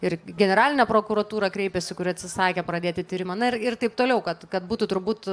ir į generalinę prokuratūrą kreipėsi kuri atsisakė pradėti tyrimą na ir ir taip toliau kad kad būtų turbūt